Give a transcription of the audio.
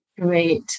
great